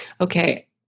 okay